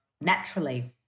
naturally